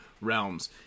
realms